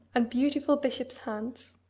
and beautiful bishop's hands.